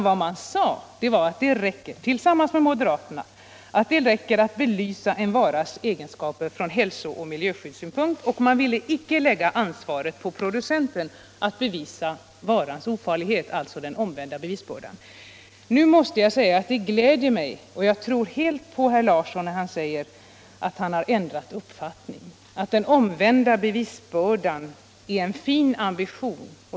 Vad centern och moderaterna sade var att det räcker att belysa en varas egenskaper från hälsooch miljöskyddssynpunkter. Man ville inte lägga ansvaret på producenterna att bevisa varans ofarlighet, alltså den omvända bevisbördan. Jag tror på herr Larsson och det gläder mig när han säger att han ändrat uppfattning och nu anser att den omvända bevisbördan är en fin ambition.